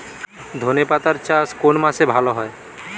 ধনেপাতার চাষ কোন মাসে ভালো হয়?